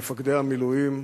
מפקדי המילואים,